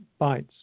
Bytes